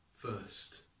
First